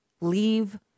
Leave